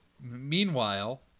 meanwhile